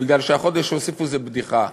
מפני שהחודש שהוסיפו זה בדיחה.